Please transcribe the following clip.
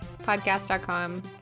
podcast.com